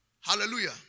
Hallelujah